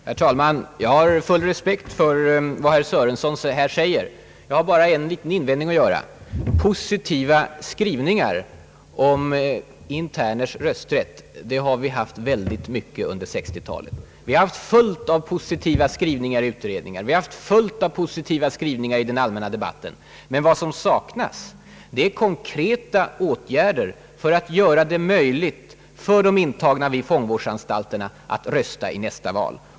Herr talman! Jag har respekt för vad herr Sörenson här säger. Jag har bara en invändning att göra. Under 60-talet har vi haft fullt av positiva skrivningar och utredningar om interners rösträtt. Men vad som saknas är konkreta åtgärder för att göra det möjligt för de intagna vid fångvårdsanstalterna att rösta i nästa val.